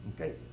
Okay